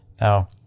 Now